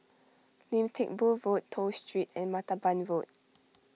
Lim Teck Boo Road Toh Street and Martaban Road